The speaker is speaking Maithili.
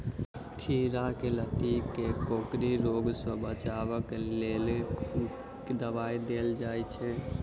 खीरा केँ लाती केँ कोकरी रोग सऽ बचाब केँ लेल केँ दवाई देल जाय छैय?